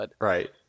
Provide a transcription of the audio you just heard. Right